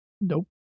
Nope